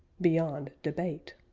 beyond debate.